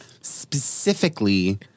specifically